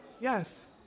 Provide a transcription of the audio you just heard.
Yes